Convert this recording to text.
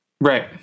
Right